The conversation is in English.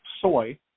soy